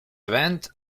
events